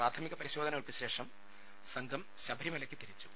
പ്രാഥമിക പരിശ്രോധനകൾക്ക് ശേഷം സംഘം ശബരിമലക്ക് തിരിച്ചു